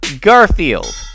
Garfield